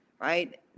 right